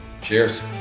Cheers